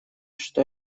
что